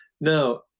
Now